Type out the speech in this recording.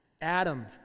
Adam